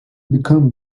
become